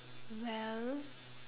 well